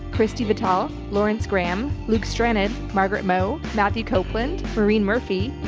christy vetol, lawrence graham, luke stranded, margaret mo, matthew copeland, marine murphy,